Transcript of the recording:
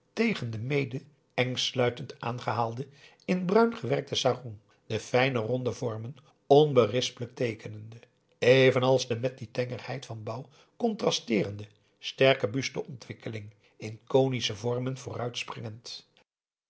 tegen de mede engsluitend aangehaalde in bruin gewerkte sarong de fijne ronde vormen onberispelijk teekende evenals de met die tengerheid van bouw contrasteerende sterke buste ontwikkeling in conische vormen